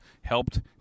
helped